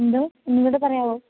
എന്താണ് ഒന്നുകൂടെ പറയാമോ